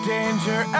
Danger